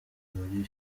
muri